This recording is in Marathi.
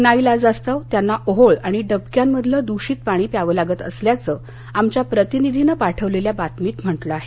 नाइलाजास्तव त्यांना ओहळ आणि डबक्यांमधलं द्रषित पाणी प्यावं लागत असल्याचं आमच्या प्रतिनिधीनं पाठवलेल्या बातमीत म्हटलं आहे